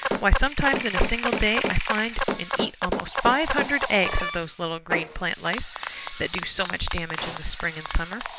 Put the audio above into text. why, sometimes in a single day i find and eat almost five hundred eggs of those little green plant lice that do so much damage in the spring and summer.